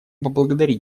поблагодарить